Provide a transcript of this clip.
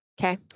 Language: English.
Okay